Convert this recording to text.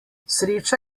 sreča